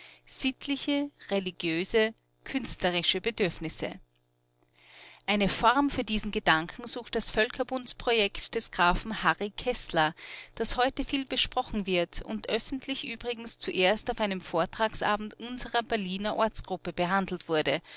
sittliche religiöse künstlerische bedürfnisse eine form für diesen gedanken sucht das völkerbundsprojekt des grafen harry kessler das heute viel besprochen wird und öffentlich übrigens zuerst auf einem vortragsabend unserer berliner ortsgruppe behandelt wurde